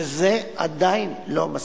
וזה עדיין לא מספיק.